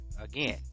again